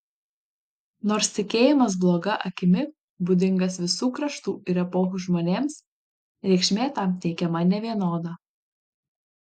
nors tikėjimas bloga akimi būdingas visų kraštų ir epochų žmonėms reikšmė tam teikiama nevienoda